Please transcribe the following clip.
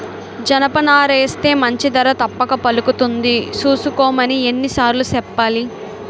జనపనారేస్తే మంచి ధర తప్పక పలుకుతుంది సూసుకోమని ఎన్ని సార్లు సెప్పాలి?